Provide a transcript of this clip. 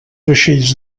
vaixells